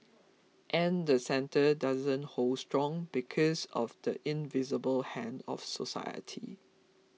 and the centre doesn't hold strong because of the invisible hand of society